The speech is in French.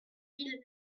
mille